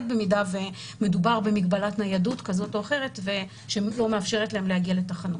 במידה ומדובר במגבלת ניידות כזאת או אחרת שלא מאפשרת להם להגיע לתחנות.